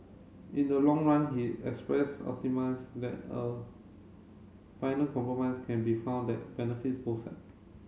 in the long run he expressed optimise that a final compromise can be found that benefits both side